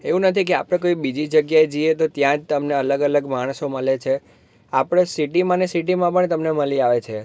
એવું નથી કે આપણે કોઈ બીજી જગ્યાએ જઈએ તો ત્યાં જ તમને અલગ અલગ માણસો મળે છે આપણે સીટીમાં ને સીટીમાં પણ તમને મળી આવે છે